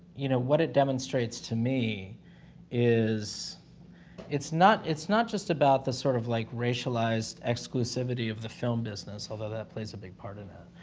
you know, what it demonstrates to me is it's not it's not just about the sort of, like, racialized exclusivity of the film business, although that plays a big part of that.